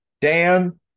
Dan